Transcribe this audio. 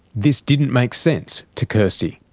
this didn't make sense to kirstie.